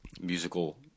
musical